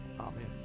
Amen